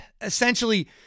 essentially